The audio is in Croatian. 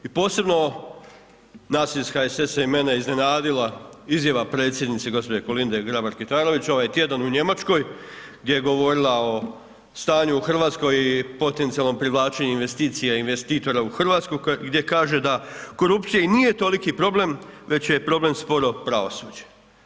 I posebno nas iz HSS-a i mene iznenadila izjava predsjednice gospođe Kolinde Grabar Kitarović ovaj tjedan u Njemačkoj gdje je govorila o stanju u Hrvatskoj i potencijalnom privlačenju investicija i investitora u Hrvatsku gdje kaže da korupcija i nije toliki problem već je problem sporo pravosuđe.